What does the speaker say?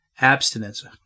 abstinence